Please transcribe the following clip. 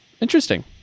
Interesting